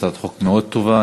הצעת חוק מאוד טובה.